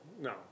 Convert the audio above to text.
No